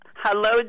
Hello